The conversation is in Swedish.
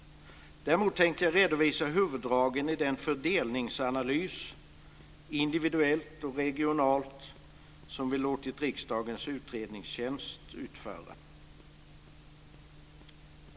Däremot tänker jag redovisa huvuddragen i den fördelningsanalys, individuellt och regionalt, som vi låtit riksdagens utredningstjänst utföra.